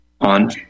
on